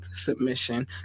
submission